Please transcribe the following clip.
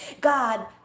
God